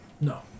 No